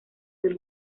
del